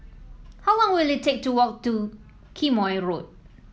how long will it take to walk to Quemoy Road